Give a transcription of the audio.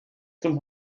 zum